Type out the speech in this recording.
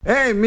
Hey